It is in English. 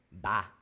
bye